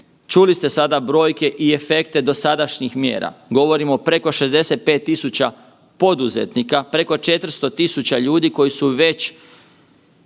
Čuli ste sada brojke i efekte dosadašnjih mjera, govorimo o preko 65.000 poduzetnika, preko 400.000 ljudi koji su već